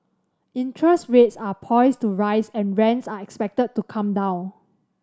interest rates are poised to rise and rents are expected to come down